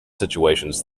situations